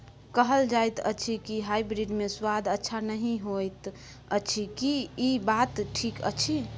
कहल जायत अछि की हाइब्रिड मे स्वाद अच्छा नही होयत अछि, की इ बात ठीक अछि?